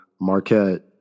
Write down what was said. Marquette